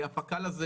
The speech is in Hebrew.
הפק"ל הזה,